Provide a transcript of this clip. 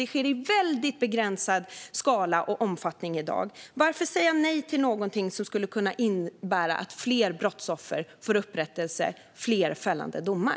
Detta sker i väldigt begränsad skala och omfattning i dag. Varför säga nej till något som skulle kunna innebära att fler brottsoffer får upprättelse och att det blir fler fällande domar?